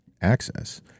access